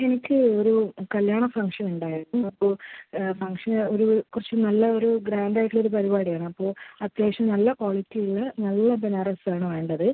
എനിക്ക് ഒരു കല്യാണ ഫങ്ഷൻ ഉണ്ടായിരുന്നു ഫങ്ഷന് ഒരു കുറച്ച് നല്ല ഒരു ഗ്രാൻറ്റായിട്ടുള്ള പരിപാടിയാണ് അപ്പോൾ അത്യാവശ്യം നല്ല ക്വാളിറ്റീള്ള നല്ല ബനാറസാണ് വേണ്ടത് അപ്പോൾ